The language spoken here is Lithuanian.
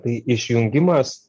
tai išjungimas